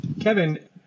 Kevin